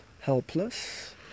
helpless